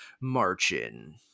Marchin